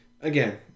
Again